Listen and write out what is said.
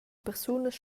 persunas